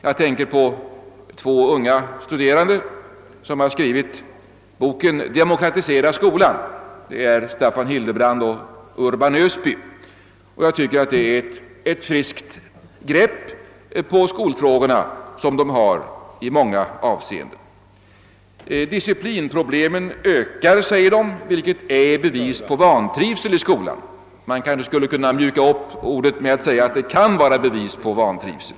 Jag tänker på de två unga studerande, som har skrivit boken »Demokratisera skolan». Det är Staffan Hildebrand och Urban Ösby. Det är ett friskt grepp på skolfrågorna i många avseenden. Disciplinproblemen ökar, säger de, vilket är bevis på vantrivsel i skolan. Man kanske skulle kunna mjuka upp det hela med att säga att det kan vara bevis på vantrivsel.